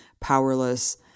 powerless